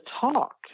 talk